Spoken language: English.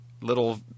little